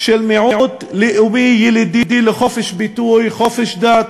של מיעוט לאומי ילידי לחופש ביטוי, חופש דת,